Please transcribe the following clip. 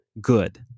good